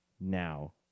now